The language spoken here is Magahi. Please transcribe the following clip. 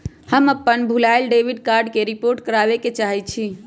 हम अपन भूलायल डेबिट कार्ड के रिपोर्ट करावे के चाहई छी